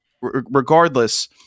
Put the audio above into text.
regardless